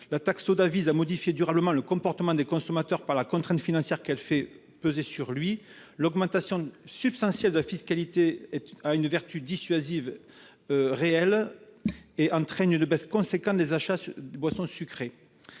La taxe soda vise à modifier durablement le comportement du consommateur par la contrainte financière qu'elle fait peser sur lui. L'augmentation substantielle de la fiscalité a une véritable vertu dissuasive et entraîne une baisse importante des achats de boissons sucrées.